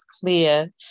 clear